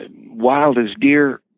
wild-as-deer